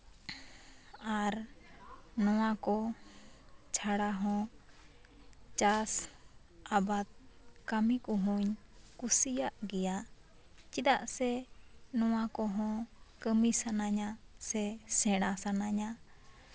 ᱟᱨ ᱱᱚᱣᱟ ᱠᱚ ᱪᱷᱟᱲᱟ ᱦᱚᱸ ᱪᱟᱥ ᱟᱵᱟᱫ ᱠᱟᱹᱢᱤ ᱠᱚᱦᱚᱧ ᱠᱩᱥᱤᱭᱟᱜ ᱜᱮᱭᱟ ᱪᱮᱫᱟᱜ ᱥᱮ ᱱᱚᱣᱟ ᱠᱚᱦᱚᱸ ᱠᱟᱹᱢᱤ ᱥᱟᱱᱟᱧᱟ ᱥᱮ ᱥᱮᱬᱟ ᱥᱟᱱᱟᱧᱟ